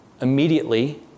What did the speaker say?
Immediately